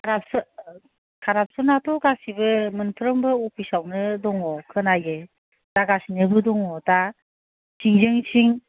corruption कारापसनाथ' गासिबो मोनफ्रोमबो अफिसावनो दङ खोनायो जागासिनोबो दङ दा सिंजों सिं